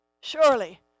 surely